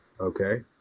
Okay